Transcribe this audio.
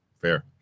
Fair